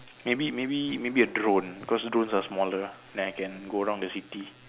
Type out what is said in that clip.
maybe maybe maybe a drone cause drone are smaller ah then I can go around the city